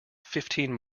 fifteen